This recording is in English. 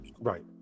Right